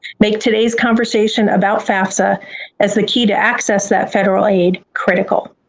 make today's conversation about fafsa as the key to access that federal aid, critical.